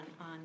on